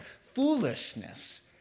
foolishness